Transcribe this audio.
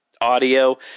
audio